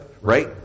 right